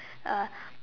uh